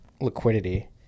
liquidity